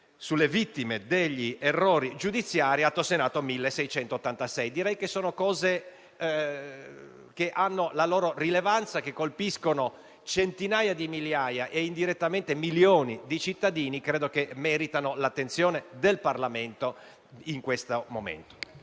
delle vittime di errori giudiziari» (Atto Senato 1686). Direi che sono temi che hanno la loro rilevanza, che coinvolgono centinaia di migliaia e indirettamente milioni di cittadini e credo che meritino l'attenzione del Parlamento in questo momento.